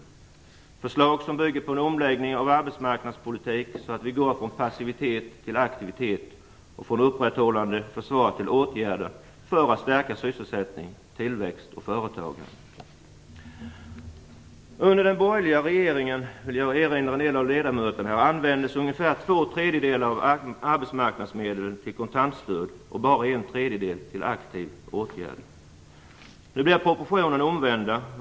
Det är förslag som bygger på en omläggning av arbetsmarknadspolitiken så att vi går från passivitet till aktivitet och från upprätthållande försvar till åtgärder för att stärka sysselsättning, tillväxt och företagande. Jag vill erinra en del av ledamöterna här om att under den borgerliga regeringen användes ungefär två tredjedelar av arbetsmarknadsmedlen till kontantstöd och bara en tredjedel till aktiva åtgärder. Nu blir proportionerna omvända.